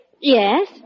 Yes